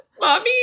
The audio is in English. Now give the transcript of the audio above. mommy